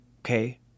okay